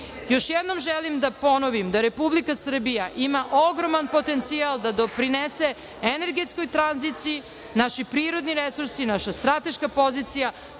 jednom želim da ponovim da Republika Srbija ima ogroman potencijal da doprinese energetskoj tranziciji, naši prirodni resursi, naša strateška pozicija